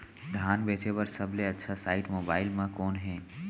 धान बेचे बर सबले अच्छा साइट मोबाइल म कोन हे?